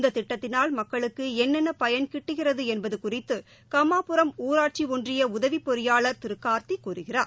இந்த திட்டத்தினால் மக்களுக்கு என்னென்ன பயன் கிட்டுகிறது என்பது குறித்து கம்மாபுரம் ஊராட்சி ஒன்றிய உதவி பொறியாளர் திரு கார்த்தி கூறுகிறார்